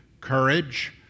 courage